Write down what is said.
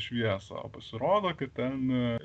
šviesą o pasirodo kad ten